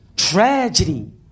Tragedy